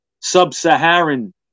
sub-Saharan